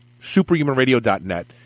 superhumanradio.net